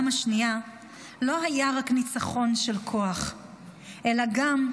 השנייה לא היה רק ניצחון של כוח אלא גם,